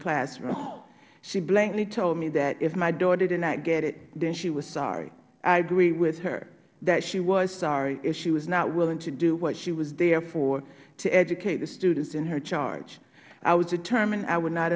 classroom she blatantly told me that if my daughter did not get it then she was sorry i agreed with her that she was sorry if she was not willing to do what she was there for to educate the students in her charge i was determined that i would not